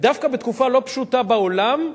ודווקא בתקופה לא פשוטה בעולם,